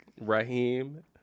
Raheem